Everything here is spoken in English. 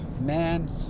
man